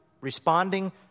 responding